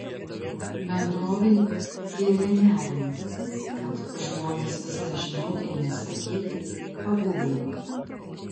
bendrovei kėlė nerimą kad žmonės vis dažniau ėmė sakyti paguglink